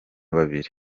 babiri